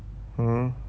hmm